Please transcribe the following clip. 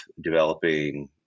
developing